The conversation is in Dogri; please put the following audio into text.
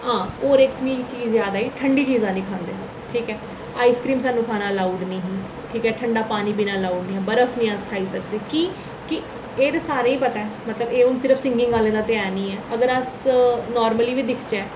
हां होर इक चीज निगी य़ाद आई ठंडी चीजां निं खंदे ठीक ऐ आइसक्रीम खाना स्हान्नूं अलाऊड निं ही ठीक ऐ ठंडा पानी पीना अलाऊड निं हा बर्फ निं अस खाई सकदे की कि एह् ते सारें ई पता ऐ मतलब एह् बस सिंगिंग आह्लें दा ध्यान नेईं ऐ अगर अस नार्मली बी दिक्खचै